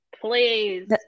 Please